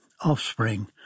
offspring